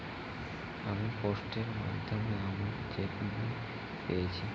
আমি পোস্টের মাধ্যমে আমার চেক বই পেয়েছি